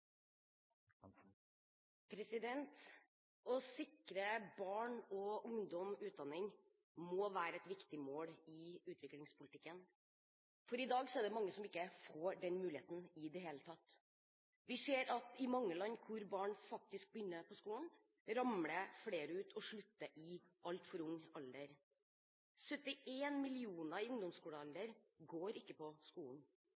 representantene. Å sikre barn og ungdom utdanning må være et viktig mål i utviklingspolitikken, for i dag er det mange som ikke får den muligheten i det hele tatt. Vi ser at i mange land hvor barn faktisk begynner på skolen, ramler flere ut og slutter i altfor ung alder. 71 millioner i ungdomsskolealder går ikke på skolen.